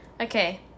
Okay